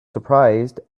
surprised